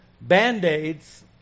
band-aids